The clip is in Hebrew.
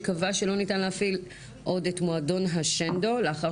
שקבעה שלא ניתן להפעיל עוד את מועדון השנדו לאחר